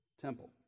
temple